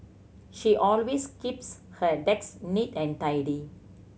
she always keeps her decks neat and tidy